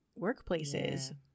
workplaces